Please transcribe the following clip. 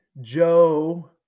Joe